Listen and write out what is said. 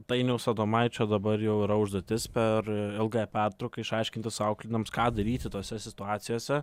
dainiaus adomaičio dabar jau yra užduotis per ilgąją pertrauką išaiškinti savo auklėtiniams ką daryti tose situacijose